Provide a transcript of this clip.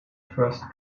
first